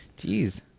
Jeez